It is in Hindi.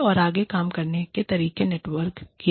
और आगे काम करने के तरीके नेटवर्क किए